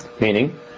Meaning